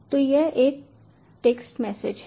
तो यह एक टेक्स्ट मैसेज है